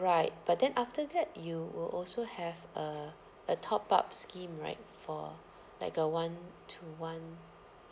right but then after that you will also have a a top up scheme right for like a one to one